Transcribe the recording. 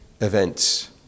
events